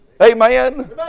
Amen